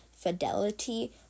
Fidelity